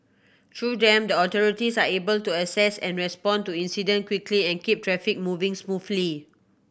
through them the authorities are able to assess and respond to incident quickly and keep traffic moving smoothly